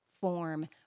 form